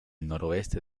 noroeste